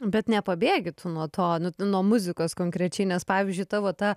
bet nepabėgi tu nuo to nu nuo muzikos konkrečiai nes pavyzdžiui tavo ta